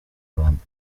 rwanda